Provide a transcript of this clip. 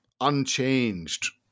unchanged